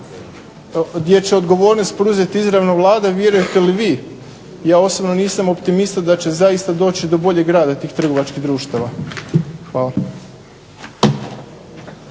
gdje će odgovornost preuzeti izravno Vlada, vjerujete li vi? Ja osobno nisam optimista da će zaista doći do boljeg rada tih trgovačkih društava. Hvala.